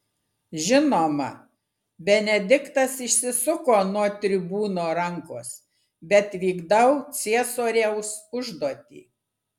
žinoma benediktas išsisuko nuo tribūno rankos bet vykdau ciesoriaus užduotį